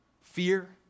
fear